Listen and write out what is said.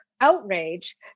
outrage